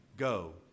Go